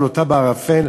לוט בערפל,